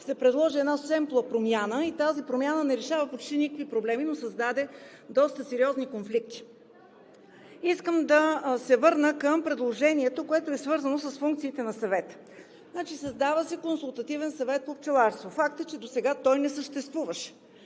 се предложи една семпла промяна, като тази промяна не решава почти никакви проблеми, но създаде доста сериозни конфликти. Искам да се върна към предложението, което е свързано с функциите на Съвета. Значи, създава се Консултативен съвет по пчеларство и е факт, че досега той не съществуваше.